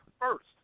first